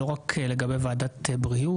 לא מדובר רק לגבי ועדת בריאות,